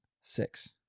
six